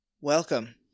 Welcome